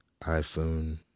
iPhone